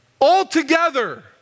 altogether